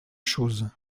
chose